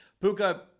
Puka